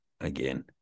again